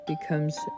becomes